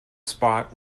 spot